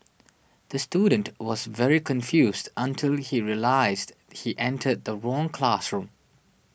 the student was very confused until he realised he entered the wrong classroom